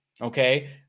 okay